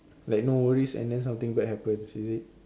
like no worries and then something bad happens is it